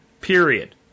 period